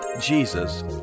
Jesus